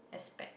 aspect